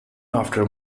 after